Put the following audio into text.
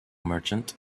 merchant